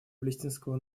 палестинского